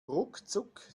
ruckzuck